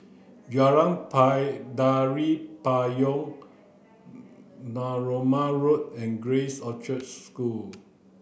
Jalan pie Tari Payong Narooma Road and Grace Orchard School